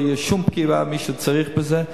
לא תהיה שום פגיעה במי שצריך את זה.